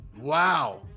Wow